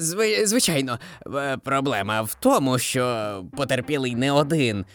Зви- звичайно. Е, проблема в тому, що потерпілий не один.